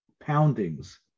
poundings